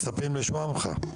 מצפים לשמוע ממך.